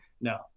no